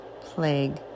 plague